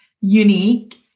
unique